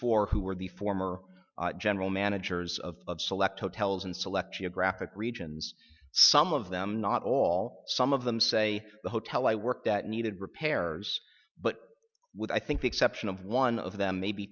four who are the former general managers of select hotels and select geographic regions some of them not all some of them say the hotel i worked at needed repairs but when i think the exception of one of them may be